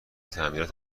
تعمیرات